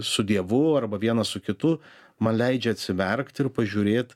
su dievu arba vienas su kitu man leidžia atsimerkt ir pažiūrėt